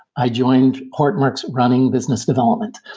i joined hortonworks running business development.